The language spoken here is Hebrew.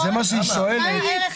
אבל זה מה שאימאן שואלת.